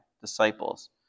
disciples